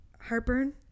heartburn